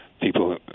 people